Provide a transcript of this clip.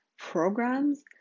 programs